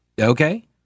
Okay